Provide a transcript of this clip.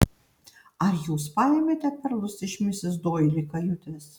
ar jūs paėmėte perlus iš misis doili kajutės